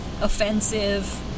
offensive